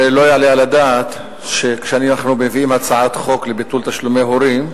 הרי לא יעלה על הדעת שכשאנחנו מביאים הצעת חוק לביטול תשלומי הורים,